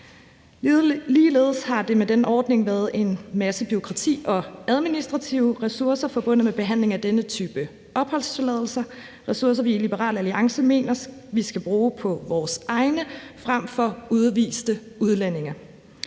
Ligeledes har der ved den ordning været en masse bureaukrati og administrative ressourcer forbundet med behandlingen af denne type opholdstilladelser – ressourcer, som vi i Liberal Alliance mener vi skal bruge på vores egne borgere frem for udviste udlændinge.